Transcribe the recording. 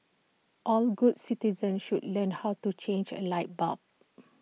all good citizens should learn how to change A light bulb